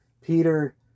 Peter